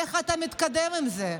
איך אתה מתקדם עם זה?